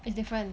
is different